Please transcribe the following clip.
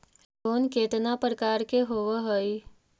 Loan केतना प्रकार के होव हइ?